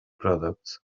products